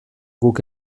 guk